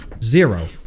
Zero